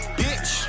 bitch